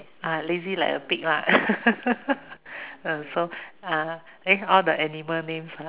ah lazy like a pig lah so uh eh all the animal names lah